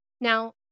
Now